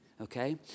okay